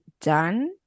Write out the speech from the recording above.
done